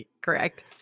correct